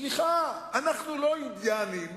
סליחה, אנחנו לא אינדיאנים